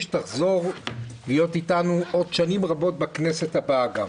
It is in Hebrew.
שתחזור להיות איתנו עוד שנים רבות בכנסת הבאה גם.